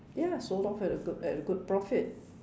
ya sold off at a good at a good profit